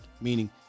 meaning